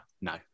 no